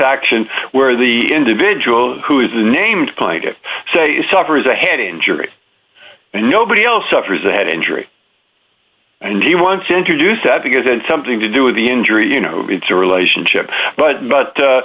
action where the individual who is the named plaintiffs suffers a head injury and nobody else suffers a head injury and he wants to introduce that because had something to do with the injury you know it's a relationship but but